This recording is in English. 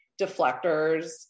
deflectors